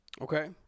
Okay